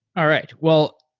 all right. well,